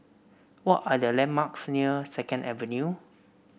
what are the landmarks near Second Avenue